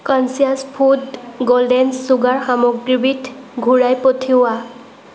conscious food golden sugar সামগ্ৰীবিধ ঘূৰাই পঠিওৱা